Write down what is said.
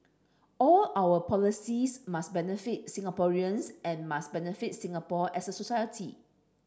all our policies must benefit Singaporeans and must benefit Singapore as a society